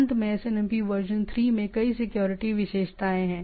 अंत में SNMP version 3 में कई सिक्योरिटी विशेषताएं हैं